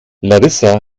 larissa